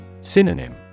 Synonym